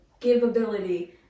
giveability